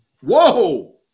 Whoa